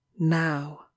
Now